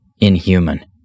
inhuman